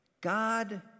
God